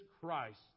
Christ